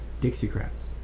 Dixiecrats